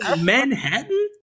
Manhattan